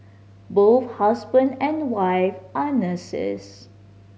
both husband and wife are nurses